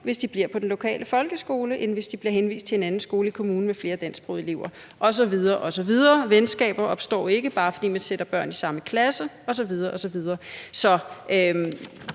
hvis de bliver på den lokale folkeskole, end hvis de bliver henvist til en anden skole i kommunen med flere dansksprogede elever osv. osv. Venskaber opstår ikke, bare fordi man sætter børn i samme klasse osv. osv. Så